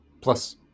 Plus